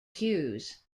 queues